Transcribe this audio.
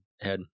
head